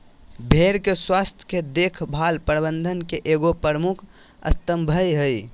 भेड़ के स्वास्थ के देख भाल प्रबंधन के एगो प्रमुख स्तम्भ हइ